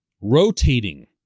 rotating